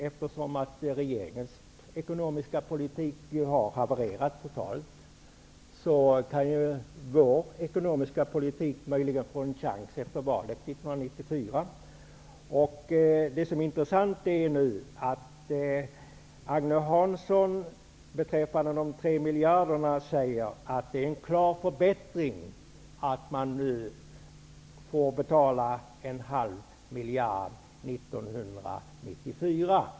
Eftersom regeringens ekonomiska politik har havererat totalt kan vår ekonomiska politik möjligen få en chans efter valet Det intressanta är nu att Agne Hansson säger beträffande de tre miljarderna att det är en klar förbättring att man nu får betala en halv miljard år 1994.